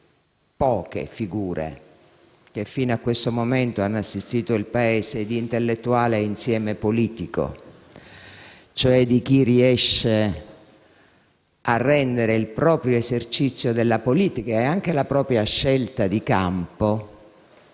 poche figure, che fino a questo momento hanno assistito il Paese, di intellettuale e insieme politico, cioè di chi riesce a rendere il proprio esercizio della politica e anche la propria scelta di campo,